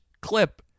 clip